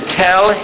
tell